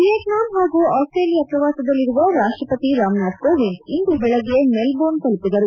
Vietnam ಹಾಗೂ Australia ಪ್ರವಾಸದಲ್ಲಿರುವ ರಾಷ್ವಪತಿ ರಾಮನಾಥ್ ಕೋವಿಂದ್ ಇಂದು ಬೆಳಗ್ಗೆ ಮೆಲ್ಫೋರ್ನ್ ತಲುಪಿದರು